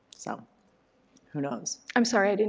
so who knows. i'm sorry, i didn't.